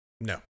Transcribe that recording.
No